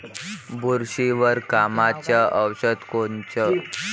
बुरशीवर कामाचं औषध कोनचं?